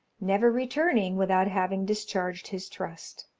never returning without having discharged his trust.